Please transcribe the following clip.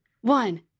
one